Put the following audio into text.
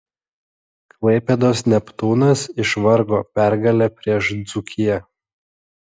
klaipėdos neptūnas išvargo pergalę prieš dzūkiją